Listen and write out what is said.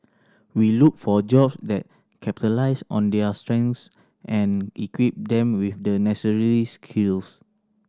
we look for job that capitalize on their strengths and equip them with the necessary skills